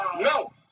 No